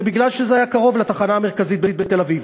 מפני שהיא קרובה לתחנה המרכזית בתל-אביב.